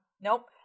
Nope